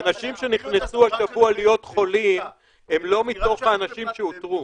האנשים שנכנסו השבוע להיות חולים הם לא מתוך האנשים שאותרו.